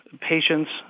patients